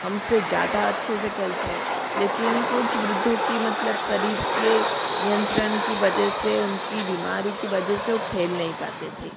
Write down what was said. हम से ज़्यादा अच्छे से खलते हैं लेकिन कुछ वृद्धों के मतलब शरीर के नियंत्रण के वजह से उनकी बीमारी की वजह से वो खेल नहीं पाते थे